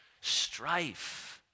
strife